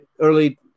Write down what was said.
early